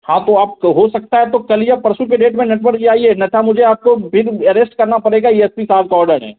हाँ तो आप तो हो सकता है तो कल या परसों के डेट में नटवर जी आइए अन्यथा मुझे आपको फिर एरेस्ट करना पड़ेगा ये एस पी साहब का ऑर्डर है